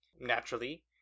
Naturally